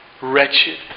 wretched